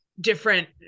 different